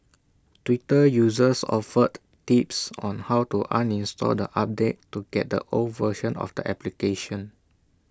Twitter users offered tips on how to uninstall the update to get the old version of the application